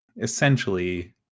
essentially